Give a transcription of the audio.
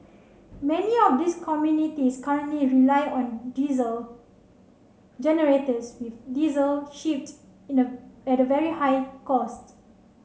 many of these communities currently rely on diesel generators with diesel shipped in a at very high cost